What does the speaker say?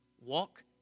Walk